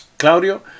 Claudio